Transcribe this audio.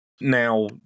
Now